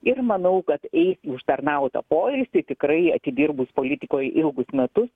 ir manau kad eis į užtarnautą poilsį tikrai atidirbus politikoj ilgus metus